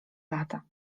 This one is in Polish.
lata